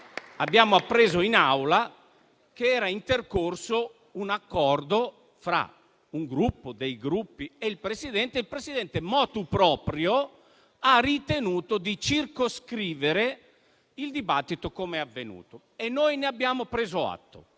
abbiamo appreso in Aula che era intercorso un accordo fra uno o più Gruppi e il Presidente e il Presidente, *motu proprio*, ha ritenuto di circoscrivere il dibattito, come è avvenuto. Noi ne abbiamo preso atto,